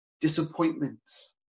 disappointments